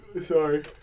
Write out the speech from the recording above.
sorry